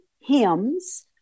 hymns